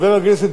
אדוני השר,